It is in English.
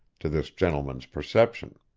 to this gentleman's perception.